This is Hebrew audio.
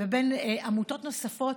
ובין עמותות נוספות,